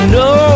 no